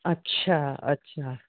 अछा अछा